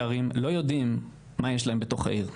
ערים לא יודעים מה יש להם בתוך העיר.